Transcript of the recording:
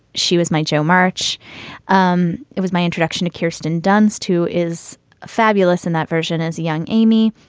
she was my jo march um it was my introduction to kirsten dunst, who is a fabulous in that version as young amy.